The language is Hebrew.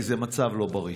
כי זה מצב לא בריא.